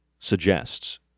suggests